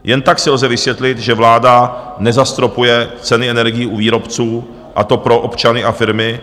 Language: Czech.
Jen tak si lze vysvětlit, že vláda nezastropuje ceny energií u výrobců, a to pro občany a firmy.